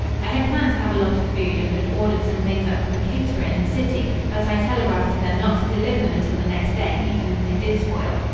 i had planned to have a lot of food and had ordered some things up from a caterer in the city, but i telegraphed to them not to deliver them until the next day, even if they did spoil.